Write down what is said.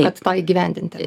kad tą įgyvendinti